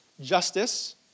Justice